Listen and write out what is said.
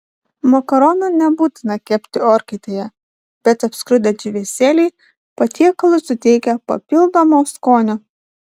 makaronų nebūtina kepti orkaitėje bet apskrudę džiūvėsėliai patiekalui suteikia papildomo skonio